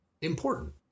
important